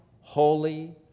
holy